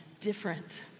different